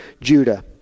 Judah